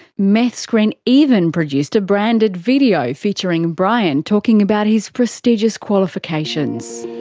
meth screen even produced a branded video featuring and brian talking about his prestigious qualifications.